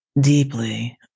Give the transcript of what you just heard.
deeply